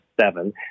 seven